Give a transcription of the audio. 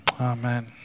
amen